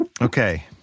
Okay